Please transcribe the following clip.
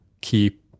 keep